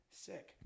sick